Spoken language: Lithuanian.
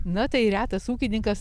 na tai retas ūkininkas